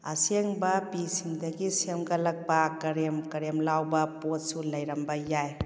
ꯑꯁꯦꯡꯕ ꯄꯤꯁꯤꯡꯗꯒꯤ ꯁꯦꯝꯒꯠꯂꯛꯄ ꯀ꯭ꯔꯦꯝ ꯀ꯭ꯔꯦꯝ ꯂꯥꯎꯕ ꯄꯣꯠꯁꯨ ꯂꯩꯔꯝꯕ ꯌꯥꯏ